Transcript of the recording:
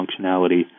functionality